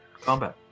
combat